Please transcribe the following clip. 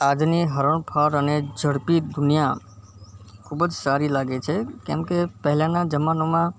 આજની હરણફાળ અને ઝડપી દુનિયા ખૂબ જ સારી લાગે છે કેમકે પહેલાંના જમાનામાં